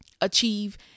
achieve